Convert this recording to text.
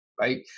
Right